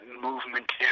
Movement